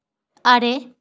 ᱟᱨᱮ